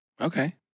Okay